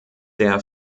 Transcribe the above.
der